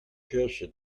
kirche